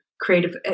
creative